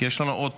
יש לנו עוד